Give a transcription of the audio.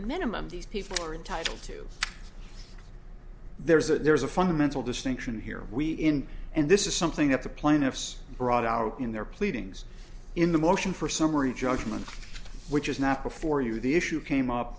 minimum these people are entitled to there's a there's a fundamental distinction here we in and this is something that the plaintiffs brought out in their pleadings in the motion for summary judgment which is not before you the issue came up